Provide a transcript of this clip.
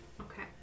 Okay